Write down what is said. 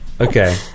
Okay